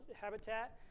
Habitat